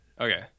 Okay